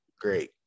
Great